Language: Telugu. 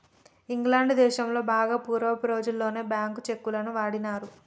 ఇంగ్లాండ్ దేశంలో బాగా పూర్వపు రోజుల్లోనే బ్యేంకు చెక్కులను వాడినారు